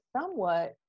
somewhat